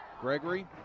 Gregory